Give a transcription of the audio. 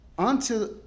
unto